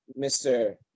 Mr